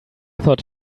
thought